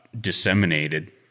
disseminated